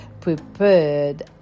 prepared